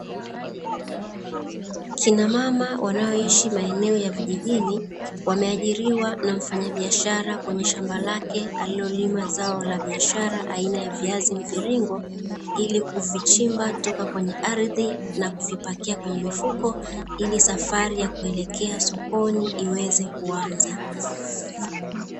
Kinamama wanaoishi maeneo ya vijijini, wameajiriwa na mfanyabiashara kwenye shamba lake alilolima zao la biashara aina ya viazi mvirongo, ili kuvichimba toka kwenye ardhi na kuvipakia kwenye mifuko ili safari ya kuelekea sokoni iweze kuanza.